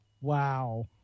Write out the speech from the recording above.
wow